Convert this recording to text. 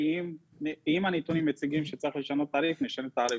ואם הנתונים מציגים שצריך לשנות תעריף נשנה תעריף.